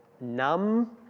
numb